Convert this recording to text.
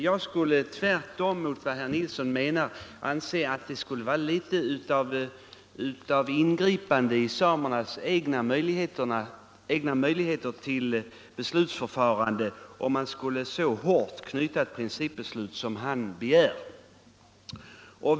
Jag anser tvärtemot herr Nilsson att det skulle vara litet av ingripande i samernas egna möjligheter till beslutsförfarande om man skulle fatta ett så hårt bindande principbeslut som han begär.